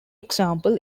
example